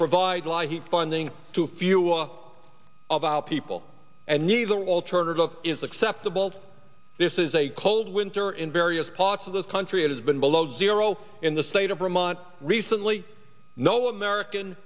provide light heat on to fuel of our people and neither alternative is acceptable this is a cold winter in various parts of the country it has been below zero in the state of vermont recently no american